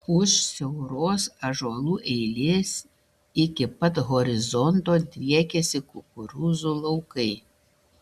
už siauros ąžuolų eilės iki pat horizonto driekiasi kukurūzų laukai